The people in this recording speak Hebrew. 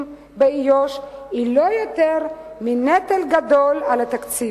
באיו"ש היא לא יותר מ"נטל גדול על התקציב".